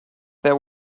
there